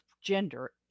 gender